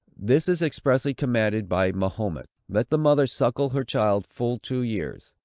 this is expressly commanded by mahomet let the mother suckle her child full two years,